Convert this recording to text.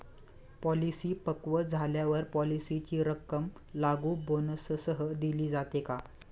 Policy पक्व झाल्यावर पॉलिसीची रक्कम लागू बोनससह दिली जाते का?